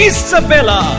Isabella